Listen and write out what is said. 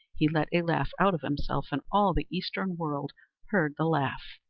he let a laugh out of himself, and all the eastern world heard the laugh.